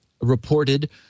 reported